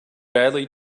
badly